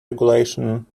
regulation